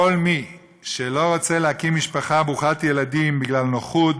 כל מי שלא רוצה להקים משפחה ברוכת ילדים בגלל נוחות,